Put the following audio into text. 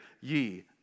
ye